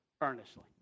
earnestly